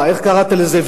איך קראת לזה?